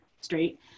straight